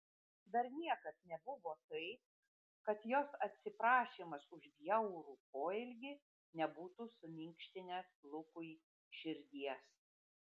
dar niekad nebuvo taip kad jos atsiprašymas už bjaurų poelgį nebūtų suminkštinęs lukui širdies